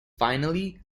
finally